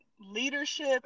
leadership